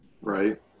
Right